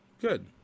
good